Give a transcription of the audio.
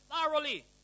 thoroughly